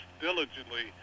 diligently